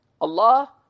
Allah